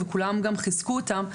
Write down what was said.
וכולם גם חיזקו אותם,